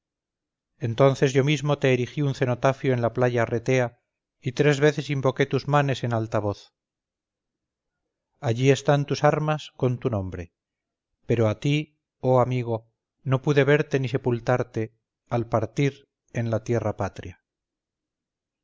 entonces yo mismo te erigí un cenotafio en la playa retea y tres veces invoqué tus manes en alta voz allí están tus armas con tu nombre pero a ti oh amigo no pude verte ni sepultarte al partir en la tierra patria